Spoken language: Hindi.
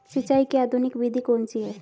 सिंचाई की आधुनिक विधि कौन सी है?